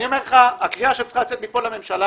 אני אומר לך שהקריאה שצריכה לצאת מכאן לממשלה